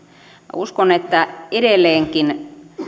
uskon että edelleenkin